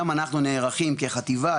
גם אנחנו נערכים כחטיבה,